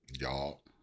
Y'all